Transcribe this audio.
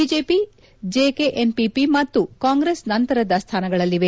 BJP ಜಿಕೆಎನ್ಪಿಪಿ ಮತ್ತು ಕಾಂಗ್ರೆಸ್ ನಂತರದ ಸ್ವಾನಗಳಲ್ಲಿವೆ